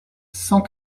cent